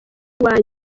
wanjye